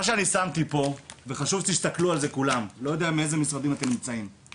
אני לא יודע מאיזה משרדים נמצאים פה